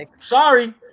Sorry